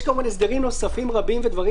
יש כמובן הסדרים נוספים רבים ודברים